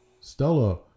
Stella